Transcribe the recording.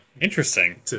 Interesting